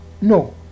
no